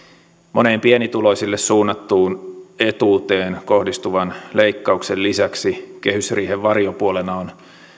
monen pienituloisille suunnattuun etuuteen kohdistuvan leikkauksen lisäksi kehysriihen varjopuolena on